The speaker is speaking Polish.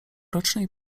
rocznej